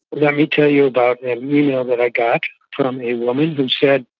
let me tell you about an email that i got from a woman who said,